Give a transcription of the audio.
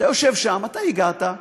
אתה יושב שם, הגעת,